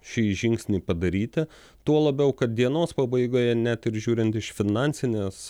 šį žingsnį padaryti tuo labiau kad dienos pabaigoje net ir žiūrint iš finansinės